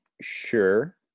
sure